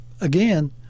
again